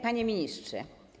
Panie Ministrze!